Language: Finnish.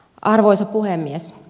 arvoisa puhemies